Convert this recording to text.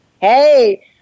Hey